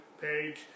page